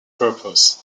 purposes